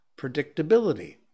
predictability